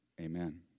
Amen